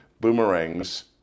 boomerangs